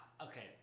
Okay